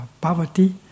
poverty